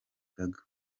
gaga